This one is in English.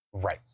Right